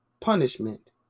punishment